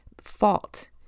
fault